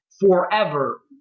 forever